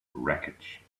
wreckage